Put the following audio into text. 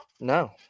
No